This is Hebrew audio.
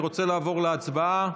אני רוצה לעבור להצבעה.